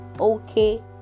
okay